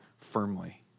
firmly